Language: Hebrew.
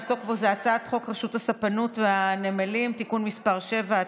קליטת חיילים משוחררים (תיקון מס' 23,